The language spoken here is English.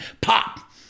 pop